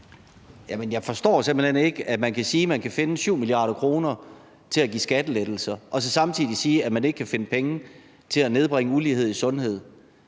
jeg forstår simpelt hen ikke, at man kan sige, at man kan finde 7 mia. kr. til at give skattelettelser, og så samtidig sige, at man ikke kan finde penge til at nedbringe ulighed i sundhed.